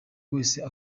wese